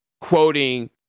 quoting